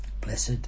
Blessed